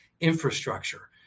infrastructure